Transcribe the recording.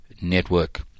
Network